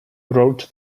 wrote